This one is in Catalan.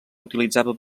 utilitzava